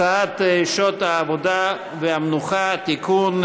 הצעת חוק שעות עבודה ומנוחה (תיקון,